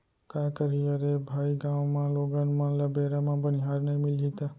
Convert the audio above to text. काय करही अरे भाई गॉंव म लोगन मन ल बेरा म बनिहार नइ मिलही त